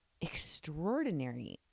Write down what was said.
extraordinary